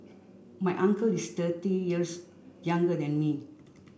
my uncle is thirty years younger than me